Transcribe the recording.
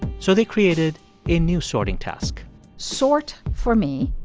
so they created a new sorting task sort, for me,